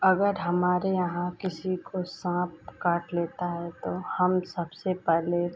अगर हमारे यहाँ किसी को सांप काट लेता है तो हम सबसे पहले